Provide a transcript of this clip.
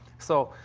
so,